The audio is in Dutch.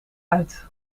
uit